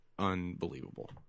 Unbelievable